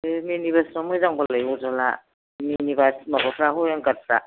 बे मिनिबासफ्रा मोजांबालाय अरजाला मिनिबास माबाफ्रा उइनगारफ्रा